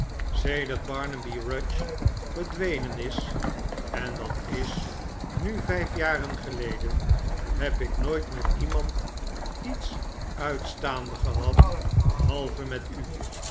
sedert barnaby rudge yerdwenen is en dat is nu vijf jaren geleden heb ik nooit met iemand iets uitstaande gehad behalve met u